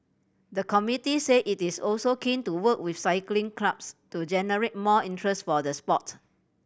the committee said it is also keen to work with cycling clubs to generate more interest for the sport